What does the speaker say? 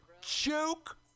Joke